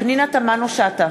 פנינה תמנו-שטה,